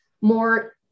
more